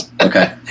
Okay